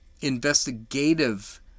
investigative